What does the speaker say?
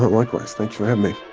but likewise. thanks for having me.